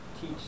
teach